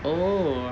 oh